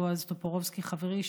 בועז טופורובסקי חברי,